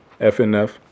fnf